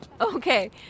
Okay